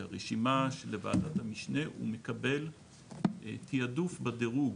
כרשימה של וועדת המשנה הוא מקבל תעדוף בדירוג